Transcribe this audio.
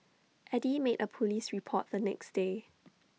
Eddy made A Police report the next day